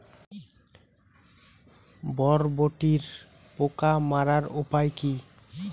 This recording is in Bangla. বরবটির পোকা মারার উপায় কি?